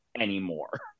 anymore